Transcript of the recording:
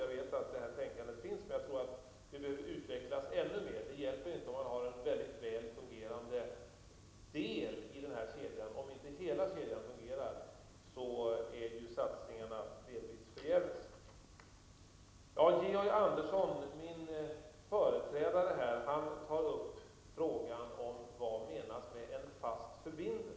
Jag vet att detta tänkande finns, men jag tror att det behöver utvecklas ännu mer. Det hjälper inte att ha en mycket väl fungerande del i kedjan. Om inte hela kedjan fungerar är satsningen delvis förgäves. Georg Andersson, min företrädare, tog upp frågan om vad som menas med en fast förbindelse.